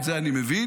את זה אני מבין.